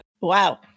Wow